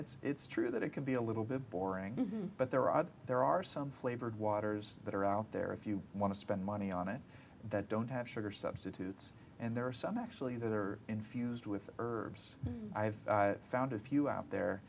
and it's true that it can be a little bit boring but there are other there are some flavored waters that are out there if you want to spend money on it that don't have sugar substitutes and there are some actually that are infused with herbs i've found a few out there